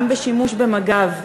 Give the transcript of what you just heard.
גם בשימוש במג"ב,